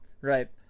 Right